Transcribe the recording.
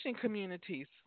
communities